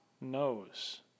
knows